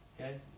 Okay